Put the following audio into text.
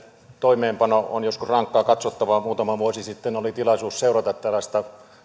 toimeenpano on joskus rankkaa katsottavaa muutama vuosi sitten oli tilaisuus seurata tällaista